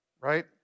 Right